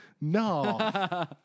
No